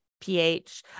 pH